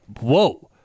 whoa